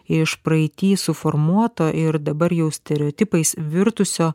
iš praeity suformuoto ir dabar jau stereotipais virtusio